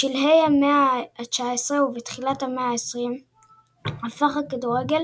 בשלהי המאה ה-19 ובתחילת המאה ה-20 הפך הכדורגל